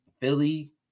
Philly